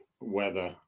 weather